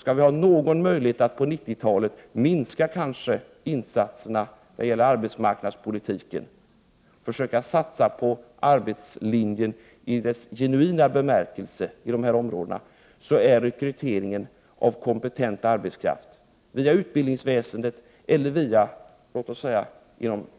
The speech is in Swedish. Skall vi ha någon möjlighet att på 90-talet minska insatserna när det gäller arbetsmarknadspolitiken och försöka satsa på arbetslinjen i dess genuina bemärkelse i de här områdena, är rekryteringen av kompetent arbetskraft via utbildningsväsendet eller låt oss säga